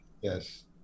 yes